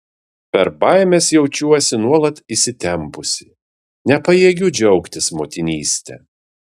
per baimes jaučiuosi nuolat įsitempusi nepajėgiu džiaugtis motinyste